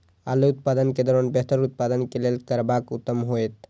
आलू उत्पादन के दौरान बेहतर उत्पादन के लेल की करबाक उत्तम होयत?